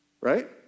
Right